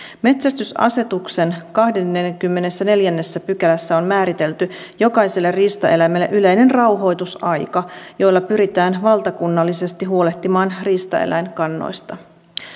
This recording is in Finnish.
metsästysasetuksen kahdennessakymmenennessäneljännessä pykälässä on määritelty jokaiselle riistaeläimelle yleinen rauhoitusaika jolla pyritään valtakunnallisesti huolehtimaan riistaeläinkannoista